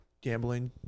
gambling